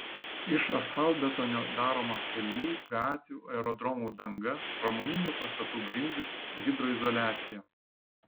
iš asfaltbetonio daroma kelių gatvių aerodromų danga pramoninių pastatų grindys hidroizoliacija